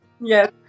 yes